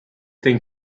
denn